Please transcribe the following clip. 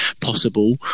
possible